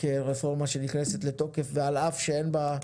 כרפורמה שנכנסת לתוקף ועל אף שאין בה,